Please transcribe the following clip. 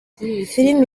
filimi